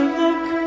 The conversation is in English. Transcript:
look